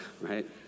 right